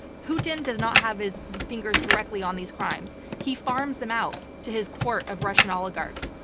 putin does not have his fingers directly on these crimes. he farms them out to his court of russian oligarchs.